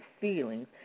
feelings